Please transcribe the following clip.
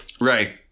Right